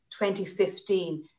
2015